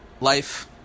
life